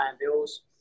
bills